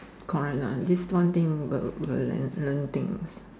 correct lah this one thing but but Let let me think